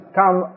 come